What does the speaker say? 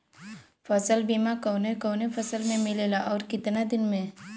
फ़सल बीमा कवने कवने फसल में मिलेला अउर कितना दिन में?